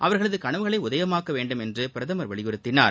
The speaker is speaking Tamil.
அவர்களதுகனவுகளைஉதயமாக்கவேண்டும் என்றுபிரதமர் வலியுறுத்தினார்